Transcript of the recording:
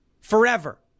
forever